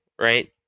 right